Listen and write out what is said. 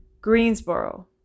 Greensboro